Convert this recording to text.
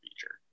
feature